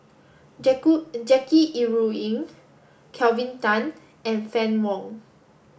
Jackie Yi Ru Ying Kelvin Tan and Fann Wong